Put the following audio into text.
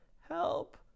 help